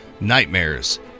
nightmares